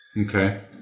Okay